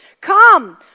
Come